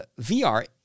VR